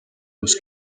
los